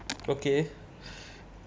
okay